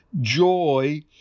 joy